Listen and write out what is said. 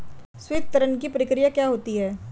संवितरण की प्रक्रिया क्या होती है?